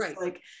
Right